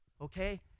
Okay